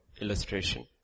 illustration